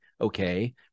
Okay